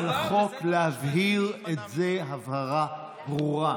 לכן על החוק להבהיר את זה הבהרה ברורה,